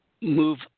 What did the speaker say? move